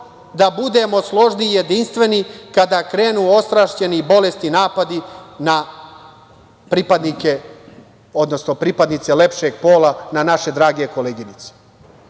da budemo složni i jedinstveni kada krenu ostrašćeni i bolesni napadi na pripadnice lepšeg pola, na naše drage koleginice. Kako